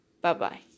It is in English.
Bye-bye